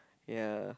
ya